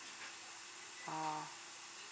oh